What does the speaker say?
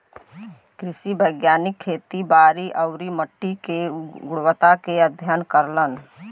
कृषि वैज्ञानिक खेती बारी आउरी मट्टी के गुणवत्ता पे अध्ययन करलन